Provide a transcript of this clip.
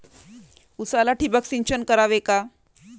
उसाला ठिबक सिंचन करावे का?